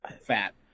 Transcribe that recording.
fat